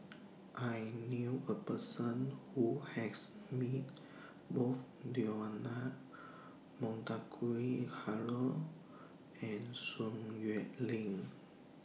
I knew A Person Who has Met Both Leonard Montague Harrod and Sun Xueling